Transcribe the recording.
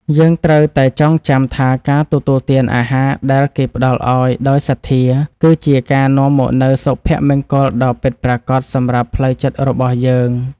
យើងត្រូវតែចងចាំថាការទទួលទានអាហារដែលគេផ្តល់ឱ្យដោយសទ្ធា គឺជាការនាំមកនូវសុភមង្គលដ៏ពិតប្រាកដសម្រាប់ផ្លូវចិត្តរបស់យើង។